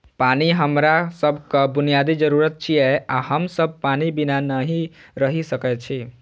पानि हमरा सभक बुनियादी जरूरत छियै आ हम सब पानि बिना नहि रहि सकै छी